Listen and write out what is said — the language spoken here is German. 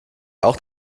auch